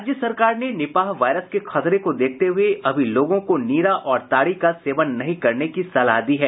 राज्य सरकार ने निपाह वायरस के खतरे को देखते हुए अभी लोगों को नीरा और ताड़ी का सेवन नहीं करने की सलाह दी है